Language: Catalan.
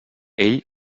ell